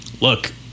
look